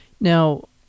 Now